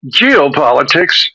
geopolitics